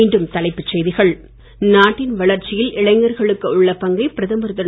மீண்டும் தலைப்புச் செய்திகள் நாட்டின் வளர்ச்சியில் இளைஞர்களுக்கு உள்ள பங்கை பிரதமர் திரு